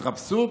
התרפסות,